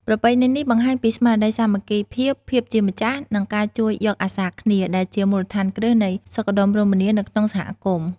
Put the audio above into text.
ប្រពៃណីនេះបង្ហាញពីស្មារតីសាមគ្គីភាព ភាពជាម្ចាស់ និងការជួយយកអាសារគ្នា ដែលជាមូលដ្ឋានគ្រឹះនៃសុខដុមរមនានៅក្នុងសហគមន៍។